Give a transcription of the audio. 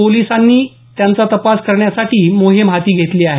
पोलीसांनी त्यांचा तपास करण्यासाठी मोहीम हाती घेतली आहे